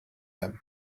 him